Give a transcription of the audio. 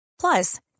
Plus